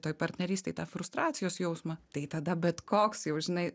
toj partnerystėj tą frustracijos jausmą tai tada bet koks jau žinai